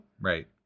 Right